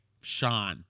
Sean